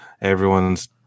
everyone's